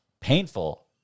painful